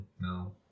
no